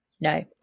No